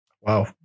Wow